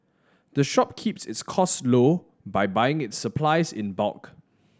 the shop keeps its costs low by buying its supplies in bulk